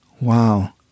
Wow